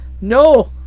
No